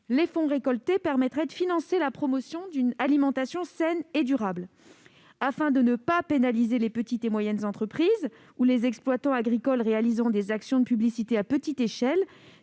Les fonds récoltés permettraient de financer la promotion d'une alimentation saine et durable. Afin de ne pas pénaliser les petites et moyennes entreprises ou les exploitants agricoles réalisant des actions de publicité à petite échelle,